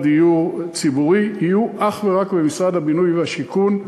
דיור ציבורי יהיו אך ורק במשרד הבינוי והשיכון,